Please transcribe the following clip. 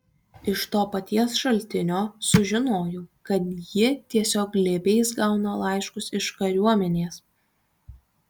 iš to paties šaltinio sužinojau kad ji tiesiog glėbiais gauna laiškus iš kariuomenės